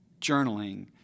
journaling